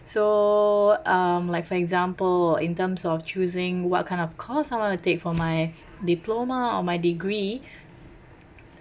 so um like for example in terms of choosing what kind of course I want to take for my diploma or my degree